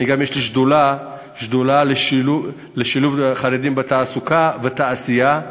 יש לי שדולה לשילוב חרדים בתעסוקה ובתעשייה,